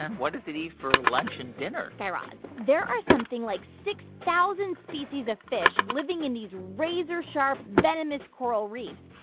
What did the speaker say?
and what does it eat for lunch and dinner? guy raz, there are something like six thousand species of fish living in these razor-sharp, venomous coral reefs.